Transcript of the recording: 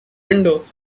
windows